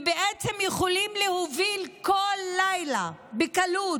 ובעצם יכולים להוביל כל לילה בקלות.